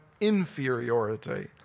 inferiority